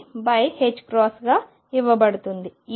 గా ఇవ్వబడుతుంది